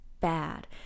bad